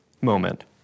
moment